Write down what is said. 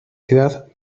ciudad